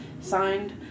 Signed